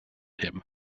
him